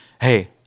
Hey